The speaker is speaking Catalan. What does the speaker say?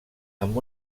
amb